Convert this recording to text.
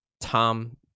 Tom